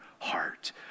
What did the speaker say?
heart